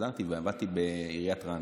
חזרתי ועבדתי בעיריית רעננה.